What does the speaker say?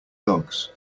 dogs